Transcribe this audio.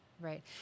Right